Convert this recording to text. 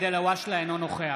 (קורא בשמות חברי